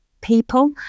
people